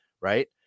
right